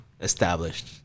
established